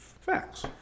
Facts